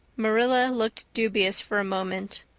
marilla looked dubious for a moment.